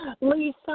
Lisa